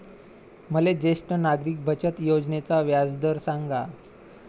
मले ज्येष्ठ नागरिक बचत योजनेचा व्याजदर सांगा